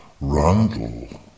Randall